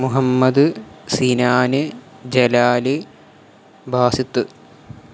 Muhammad Sinan Jalal Basith